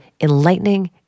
enlightening